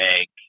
make